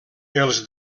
els